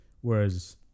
Whereas